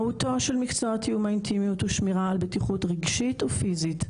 מהותו של מקצוע תאום האינטימיות הוא שמירה על בטיחות רגשית ופיזית,